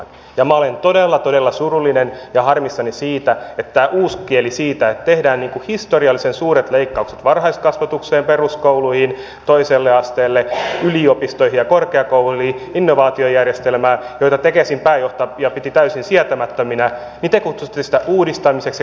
ja minä olen todella todella surullinen ja harmissani siitä että tällä uuskielellä sitä että tehdään historiallisen suuret leikkaukset varhaiskasvatukseen peruskouluihin toiselle asteelle yliopistoihin ja korkeakouluihin innovaatiojärjestelmään joita tekesin pääjohtaja piti täysin sietämättöminä te kutsutte uudistamiseksi ja kehittämiseksi